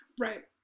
Right